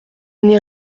n’ai